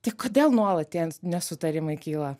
tai kodėl nuolat tie nesutarimai kyla